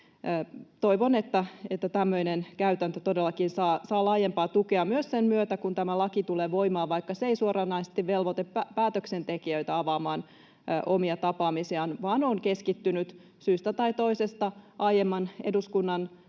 Toivon, että tämmöinen käytäntö todellakin saa laajempaa tukea myös sen myötä, kun tämä laki tulee voimaan, vaikka se ei suoranaisesti velvoita päätöksentekijöitä avaamaan omia tapaamisiaan vaan on keskittynyt — syystä tai toisesta, aiemman eduskunnan